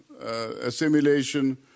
assimilation